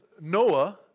Noah